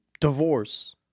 Divorce